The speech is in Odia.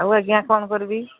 ଆଉ ଆଜ୍ଞା କ'ଣ କରିବି